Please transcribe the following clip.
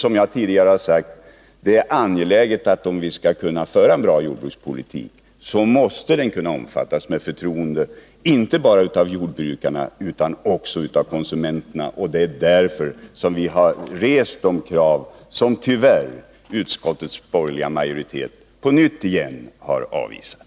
Om vi skall kunna föra en bra jordbrukspolitik, måste den kunna omfattas med förtroende inte bara av jordbrukarna utan också av konsumenterna. Det är därför som vi har rest de krav som utskottets borgerliga majoritet tyvärr på nytt har avvisat.